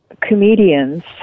comedians